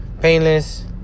painless